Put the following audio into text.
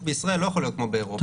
בישראל לא יכול להיות כמו באירופה,